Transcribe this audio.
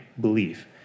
belief